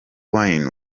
wine